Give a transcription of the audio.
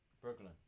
Brooklyn